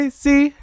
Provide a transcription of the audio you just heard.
see